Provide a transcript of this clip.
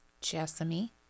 Jessamy